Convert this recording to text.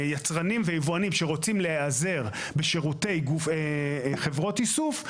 שיצרנים ויבואנים שרוצים להיעזר בשירותי חברות איסוף,